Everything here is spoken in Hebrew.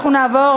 אנחנו נעבור